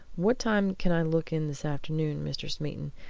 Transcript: what time can i look in this afternoon, mr. smeaton,